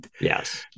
yes